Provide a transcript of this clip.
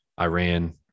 Iran